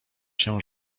się